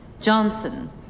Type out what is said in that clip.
Johnson